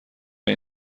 این